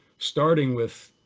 starting with